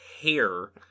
hair